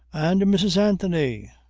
and mrs. anthony,